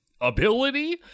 ability